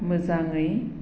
मोजाङै